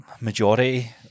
majority